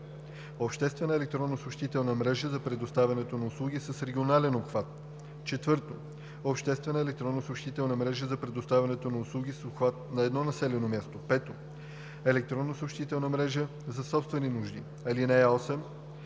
обществена електронна съобщителна мрежа за предоставянето на услуги с регионален обхват; 4. обществена електронна съобщителна мрежа за предоставянето на услуги с обхват едно населено място; 5. електронна съобщителна мрежа за собствени нужди. (8)